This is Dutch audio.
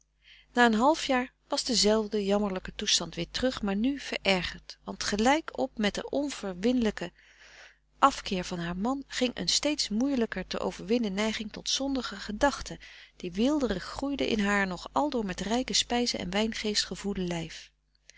na een half jaar was dezelfde jammerlijke toestand weer terug maar nu verergerd want gelijk op met den onverwinlijken afkeer van haar man ging een steeds moeielijker te overwinnen neiging tot zondige gedachten die weelderig groeide in haar nog aldoor met rijke spijzen en wijngeest gevoedde lijf